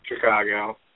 Chicago